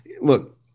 Look